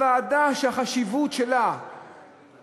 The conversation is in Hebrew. זו הוועדה שהחשיבות של ישיבותיה